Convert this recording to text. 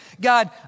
God